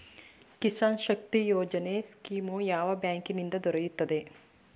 Kisan Shakti Yojana scheme ಯಾವ ಬ್ಯಾಂಕಿನಿಂದ ದೊರೆಯುತ್ತದೆ?